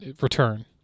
return